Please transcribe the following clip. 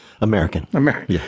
American